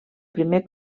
primer